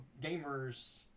gamers